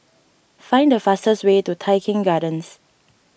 find the fastest way to Tai Keng Gardens